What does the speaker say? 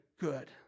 good